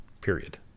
period